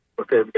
Okay